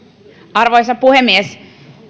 arvoisa puhemies